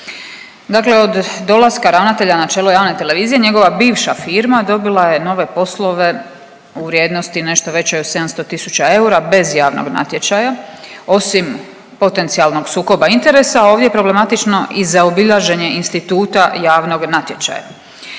Dakle, od dolaska ravnatelja na čelo javne televizije njegova bivša firma dobila je nove poslove u vrijednosti nešto većoj od 700 tisuća eura bez javnog natječaja. Osim potencijalnog sukoba interesa ovdje je problematično i zaobilaženje instituta javnog natječaja.